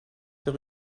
der